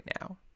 now